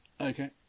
Okay